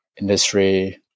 industry